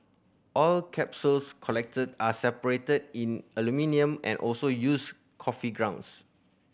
all capsules collected are separated in aluminium and also used coffee grounds